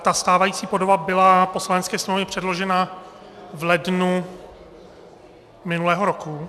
Ta stávající podoba byla Poslanecké sněmovně předložena v lednu minulého roku...